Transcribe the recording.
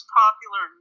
popular